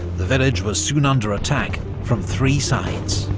the village was soon under attack from three sides.